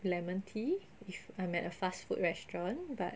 lemon tea if I'm at a fast food restaurant but